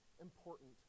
important